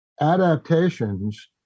adaptations